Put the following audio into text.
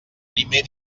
primer